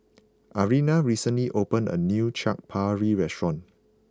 Ariana recently opened a new Chaat Papri restaurant